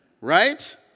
Right